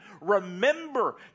remember